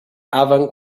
avant